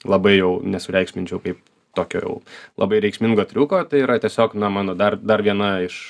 labai jau nesureikšminčiau kaip tokio jau labai reikšmingo triuko tai yra tiesiog na mano dar dar viena iš